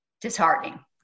disheartening